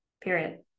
period